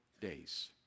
days